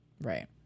Right